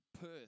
Perth